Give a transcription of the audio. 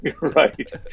Right